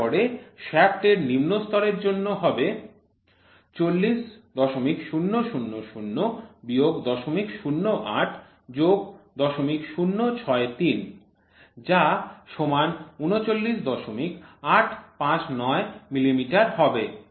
তারপরে শাফ্টের নিম্ন স্তরের জন্য হবে ৪০০০০ বিয়োগ ০০৮০ যোগ ০০৬৩ যা সমান ৩৯৮৫৯ মিলিমিটার হবে